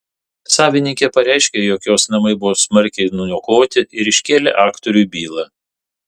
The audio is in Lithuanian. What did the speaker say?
savininkė pareiškė jog jos namai buvo smarkiai nuniokoti ir iškėlė aktoriui bylą